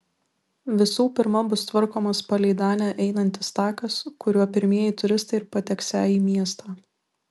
visų pirma bus tvarkomas palei danę einantis takas kuriuo pirmieji turistai ir pateksią į miestą